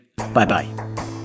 Bye-bye